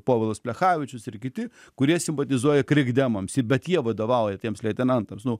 povilas plechavičius ir kiti kurie simpatizuoja krikdemams bet jie vadovauja tiems leitenantams nu